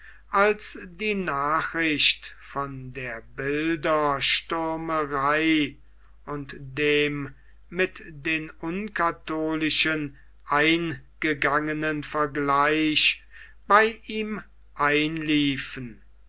als die nachrichten von der bilderstürmerei und dem mit den unkatholischen eingegangenen vergleich bei ihm einliefen